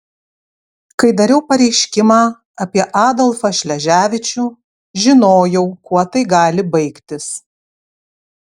kai dariau pareiškimą apie adolfą šleževičių žinojau kuo tai gali baigtis